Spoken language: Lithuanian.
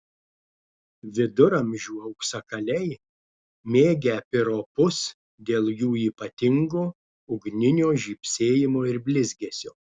viduramžių auksakaliai mėgę piropus dėl jų ypatingo ugninio žybsėjimo ir blizgesio